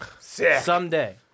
Someday